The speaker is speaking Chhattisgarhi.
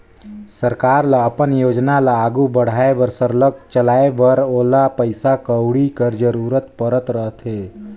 सरकार ल अपन योजना ल आघु बढ़ाए बर सरलग चलाए बर ओला पइसा कउड़ी कर जरूरत परत रहथे